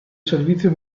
servizio